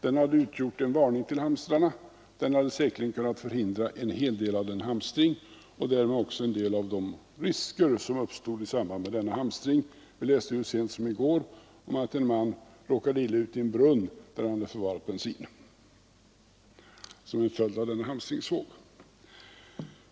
Den hade utgjort en varning till hamstrarna och hade säkerligen kunnat förhindra en hel del av hamstringen och därmed också en del av de risker som uppstod i samband med denna hamstring. Vi läste ju så sent som i går om att en man som en följd av denna hamstringsvåg råkade illa ut i en brunn där han hade förvarat bensin.